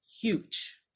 huge